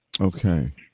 Okay